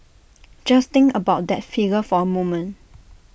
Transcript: just think about that figure for A moment